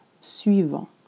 suivant